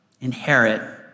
inherit